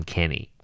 Kenny